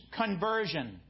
conversion